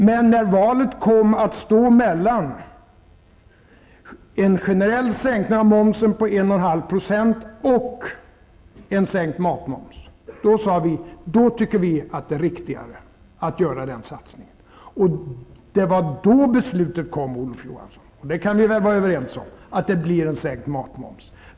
Men när valet kom att stå mellan en generell sänkning av momsen med 1,5% och en sänkt matmoms, tyckte vi att det var riktigare att genomföra en generell sänkning. Det var då beslutet kom, Olof Johansson. Vi kan väl vara överens om att det blir en sänkt matmoms.